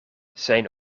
zijn